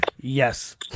yes